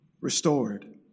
restored